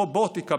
רובוטיקה,